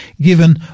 given